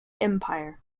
empire